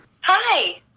Hi